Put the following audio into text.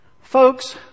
Folks